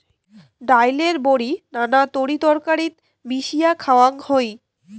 ডাইলের বড়ি নানান তরিতরকারিত মিশিয়া খাওয়াং হই